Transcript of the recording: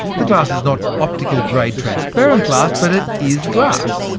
the glass is not optical-grade transparent glass, but it is glass.